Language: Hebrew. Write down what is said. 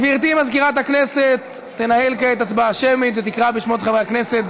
גברתי מזכירת הכנסת תנהל כעת הצבעה שמית ותקרא בשמות חברי הכנסת.